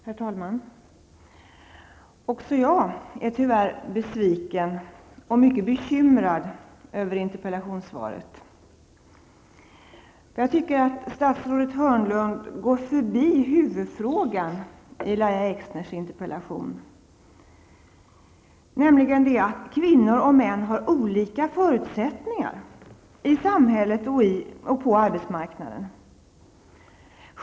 Herr talman! Också jag är tyvärr besviken och mycket bekymrad över interpellationssvaret. Jag tycker att statsrådet Hörnlund går förbi huvudfrågan i Lahja Exners interpellation, nämligen detta att kvinnor och män har olika förutsättningar i samhället och på arbetsmarknaden.